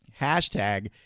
Hashtag